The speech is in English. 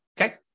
Okay